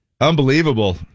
unbelievable